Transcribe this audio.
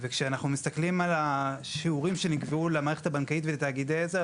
כשאנחנו מסתכלים על השיעורים שנקבעו למערכת הבנקאית ולתאגידי העזר,